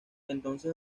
entonces